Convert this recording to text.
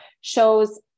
shows